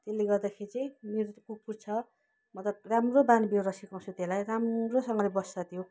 त्यसले गर्दाखेरि चाहिँ मेरो त कुकुर छ म त राम्रो बानी बेहोरा सिकाउँछु त्यसलाई राम्रोसँगले बस्छ त्यो